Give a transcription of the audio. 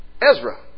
Ezra